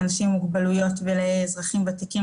לאנשים עם מוגבלויות ולאזרחים ותיקים,